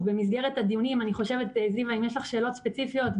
במסגרת הדיונים אם יש לך שאלות ספציפיות,